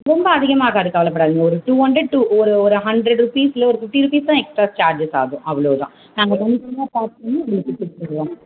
ரொம்ப அதிகமாக ஆகாது கவலைப்படாதீங்க ஒரு டூ ஹண்ட்ரட் டு ஒரு ஒரு ஹண்ட்ரட் ரூபீஸ் இல்லை ஒரு ஃபிஃப்ட்டி ரூபீஸ் தான் எக்ஸ்ட்ரா சார்ஜஸ் ஆகும் அவ்வளோதான் நாங்கள் ஒன்று ஒன்றா பேக் பண்ணி உங்களுக்கு கொடுத்துட்டு போய்விடுவோம்